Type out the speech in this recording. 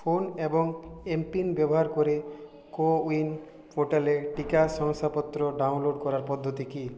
phone এবং M PIN ব্যবহার করে কো উইন পোর্টালে টিকা শংসাপত্র ডাউনলোড করার পদ্ধতি কী